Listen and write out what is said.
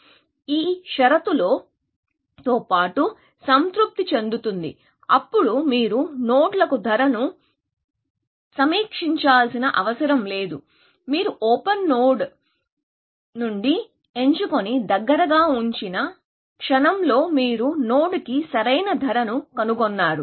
ఈ షరతుతో పాటు సంతృప్తి చెందుతుంది అప్పుడు మీరు నోడ్లకు ధరను సమీక్షించాల్సిన అవసరం లేదు మీరు ఓపెన్ నుండి నోడ్ని ఎంచుకొని దగ్గరగా ఉంచిన క్షణంలో మీరు నోడ్కి సరైన ధరను కనుగొన్నారు